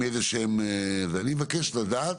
אני מבקש לדעת,